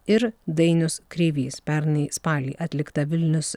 ir dainius kreivys pernai spalį atlikta vilnius